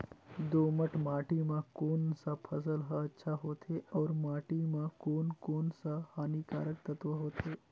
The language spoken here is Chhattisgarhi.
दोमट माटी मां कोन सा फसल ह अच्छा होथे अउर माटी म कोन कोन स हानिकारक तत्व होथे?